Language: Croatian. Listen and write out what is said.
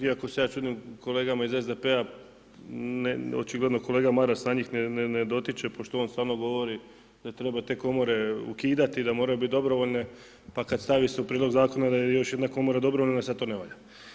Iako se ja čudim kolegama iz SDP-a, očigledno kolega Maras na njih ne dotiče pošto on stalno govori da treba te komore ukidati, da moraju bit dobrovoljne, pa kad stavi se u prilog Zakon, onda je još jedna komora dobrovoljna, onda sad to ne valja.